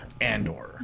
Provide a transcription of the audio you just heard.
Andor